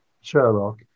Sherlock